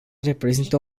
reprezintă